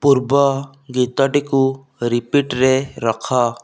ପୂର୍ବ ଗୀତଟିକୁ ରିପିଟ୍ରେ ରଖ